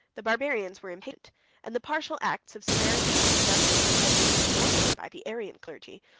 the barbarians were impatient and the partial acts of severity or injustice, which had been recommended by the arian clergy,